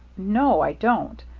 no, i don't.